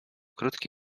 krótki